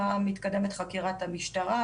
מה מתקדמת חקירת המשטרה,